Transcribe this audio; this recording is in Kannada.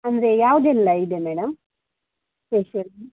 ಅಂದರೆ ಯಾವುದೆಲ್ಲ ಇದೆ ಮೇಡಮ್ ಫೇಶಿಯಲ್